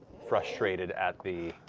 frustrated at the